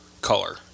color